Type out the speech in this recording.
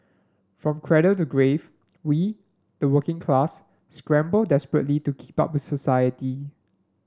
from cradle to grave we the working class scramble desperately to keep up with society